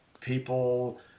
People